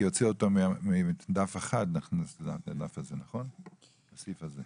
כי הוציאו אותו מדף אחד והכניסו בסעיף הזה.